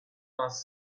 bus